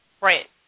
Right